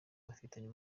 bafitanye